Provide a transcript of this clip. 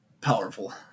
powerful